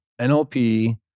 NLP